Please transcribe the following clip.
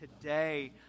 today